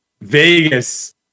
Vegas